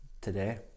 today